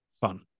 fun